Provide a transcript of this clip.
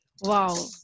Wow